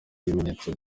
ibimenyetso